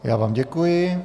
Já vám děkuji.